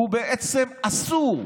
הוא בעצם אסור.